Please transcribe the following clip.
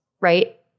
right